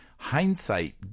hindsight